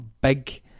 big